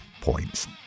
points